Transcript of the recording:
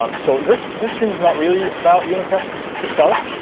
um so, this this stream is not really about unit test itself.